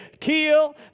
kill